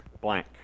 blank